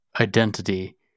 identity